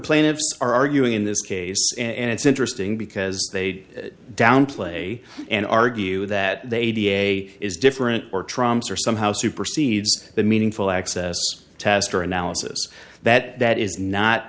are arguing in this case and it's interesting because they'd downplay and argue that they da is different or trumps or somehow supersedes the meaningful access test or analysis that that is not